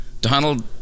Donald